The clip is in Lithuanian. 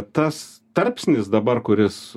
tas tarpsnis dabar kuris